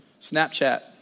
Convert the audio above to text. Snapchat